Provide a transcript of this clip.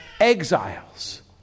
exiles